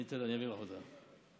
אני אעביר לך אותה.